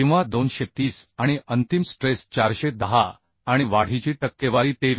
किंवा 230 आणि अंतिम स्ट्रेस 410 आणि वाढीची टक्केवारी 23